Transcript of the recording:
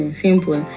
simple